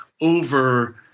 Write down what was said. over